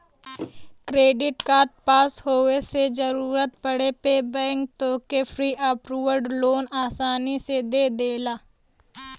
credit card पास होये से जरूरत पड़े पे बैंक तोहके प्री अप्रूव्ड लोन आसानी से दे देला